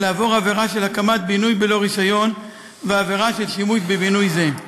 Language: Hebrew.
לעבור עבירה של הקמת בינוי בלא רישיון ועבירה של שימוש בבינוי זה.